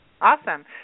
Awesome